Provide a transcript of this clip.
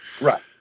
Right